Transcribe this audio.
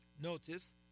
Notice